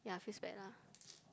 yeah feels bad lah